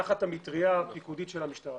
תחת המטריה הפיקודית של המשטרה.